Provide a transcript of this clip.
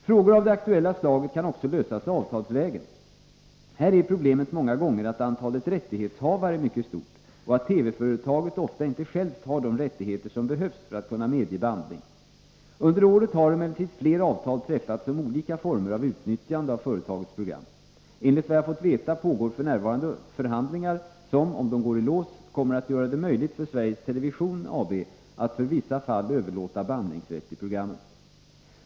Frågor av det aktuella slaget kan också lösas avtalsvägen. Här är problemet många gånger att antalet rättighetshavare är mycket stort, och att TV-företaget ofta inte självt har de rättigheter som behövs för att kunna medge bandning. Under året har emellertid flera avtal träffats om olika former av utnyttjande av företagets program. Enligt vad jag fått veta pågår f. n. förhandlingar som, om de går i lås, kommer att göra det möjligt för Sveriges Television AB att för vissa fall överlåta bandningsrätt till programmen.